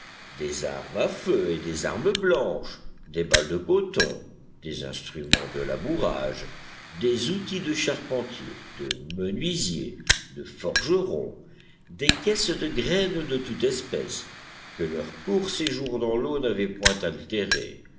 des armes à feu et des armes blanches des balles de coton des instruments de labourage des outils de charpentier de menuisier de forgeron des caisses de graines de toute espèce que leur court séjour dans l'eau n'avait point altérées